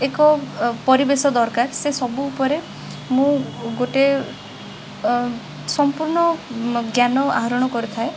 ଏକ ଅ ପରିବେଶ ଦରକାର ସେସବୁ ଉପରେ ମୁଁ ଗୋଟେ ଅ ସମ୍ପୂର୍ଣ୍ଣ ଜ୍ଞାନ ଆହରଣ କରିଥାଏ